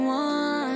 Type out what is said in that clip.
one